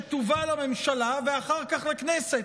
שתובא לממשלה ואחר כך לכנסת?